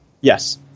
Yes